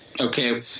Okay